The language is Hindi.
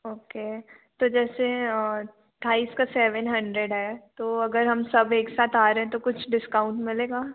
ओके तो जैसे थाइस का सेवन हंड्रेड है तो अगर हम सब एक साथ आ रहे हैं तो कुछ डिस्काउंट मिलेगा